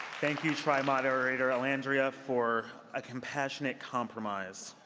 thank you, tri-moderator elandria for ah compassionate compromise.